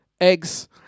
eggs